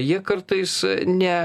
jie kartais ne